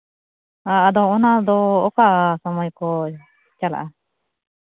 ᱦᱮᱸ ᱟᱫᱚ ᱚᱱᱟᱫᱚ ᱚᱠᱟ ᱥᱚᱢᱚᱭ ᱠᱚ ᱪᱟᱞᱟᱜᱼᱟ